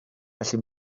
felly